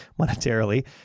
monetarily